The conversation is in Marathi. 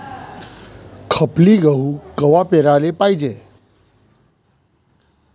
खपली गहू कवा पेराले पायजे?